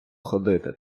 ходити